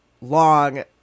long